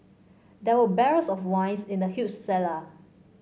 there were barrels of wines in the huge cellar